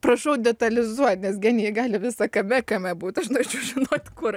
prašau detalizuot nes genijai gali visa kame kame būt aš norėčiau žinot kur